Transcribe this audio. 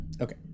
Okay